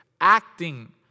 acting